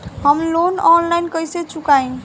हम loan online कइसे चुकाई?